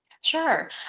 Sure